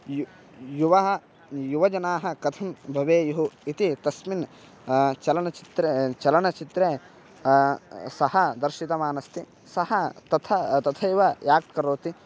U युवा युवजनाः कथं भवेयुः इति तस्मिन् चलनचित्रे चलनचित्रे सः दर्शितवानस्ति सः तथा तथैव याक्ट् करोति